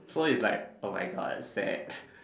so it's like oh my God sad